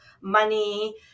money